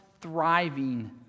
thriving